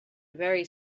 very